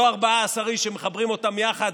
לא 14 איש שמחברים אותם יחד,